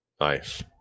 Nice